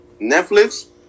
Netflix